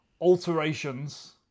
alterations